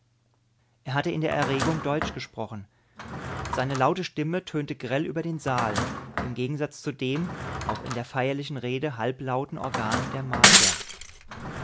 er hatte in der erregung deutsch gesprochen seine laute stimme tönte grell über den saal im gegensatz zu dem auch in der feierlichen rede halblauten organ der martier